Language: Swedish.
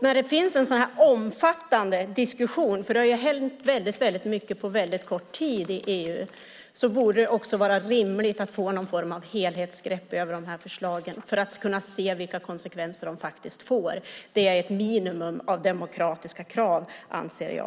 När det finns en sådan omfattande diskussion, för det har ju hänt väldigt mycket på väldigt kort tid i EU, borde det också vara rimligt att få någon form av helhetsgrepp över de här förslagen, för att kunna se vilka konsekvenser de faktiskt får. Det är ett minimum av demokratiska krav, anser jag.